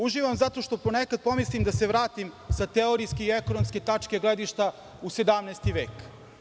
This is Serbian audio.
Uživam, zato što ponekad pomislim da se vratim, sa teorijske i ekonomske tačke gledišta, u 17. vek.